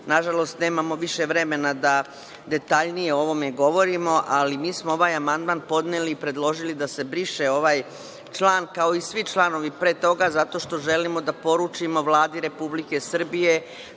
dešavalo. Nažalost, nemamo više vremena da detaljnije o ovome govorimo, ali mi smo ovaj amandman podneli i predložili da se briše ovaj član, kao i svi članovi pre toga, zato što želimo da poručimo Vladi Republike Srbije